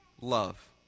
Love